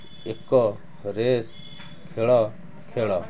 ଏକ ରେସ୍ ଖେଳ ଖେଳ